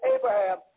Abraham